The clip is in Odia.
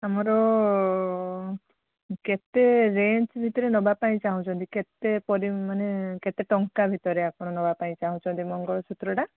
ଆମର କେତେ ରେଞ୍ଜ ଭିତରେ ନେବା ପାଇଁ ଚାହୁଁଛନ୍ତି କେତେ ମାନେ କେତେ ଟଙ୍କା ଭିତରେ ଆପଣ ନେବା ପାଇଁ ଚାହୁଁଛନ୍ତି ମଙ୍ଗଳସୂତ୍ରଟା